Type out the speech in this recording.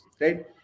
right